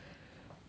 will